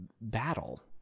battle